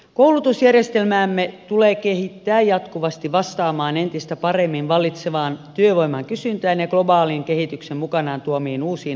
koulutusjärjestelmäämme tulee kehittää jatkuvasti vastaamaan entistä paremmin vallitsevaan työvoiman kysyntään ja globaalin kehityksen mukanaan tuomiin uusiin haasteisiin